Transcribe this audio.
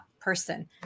person